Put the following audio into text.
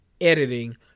editing